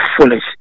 foolish